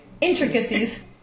Intricacies